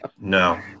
no